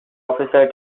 officer